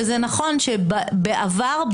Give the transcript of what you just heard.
שבעבר,